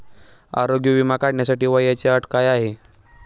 आरोग्य विमा काढण्यासाठी वयाची अट काय आहे?